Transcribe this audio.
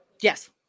Yes